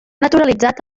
naturalitzat